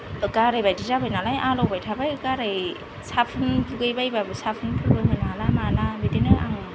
गाराय बायदि जाबाय नालाय आलौबाय थाबाय गाराय साबुन दुगैबायबाबो साबुनफोरबो होनो हाला माला बिदिनो आं